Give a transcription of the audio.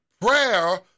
prayer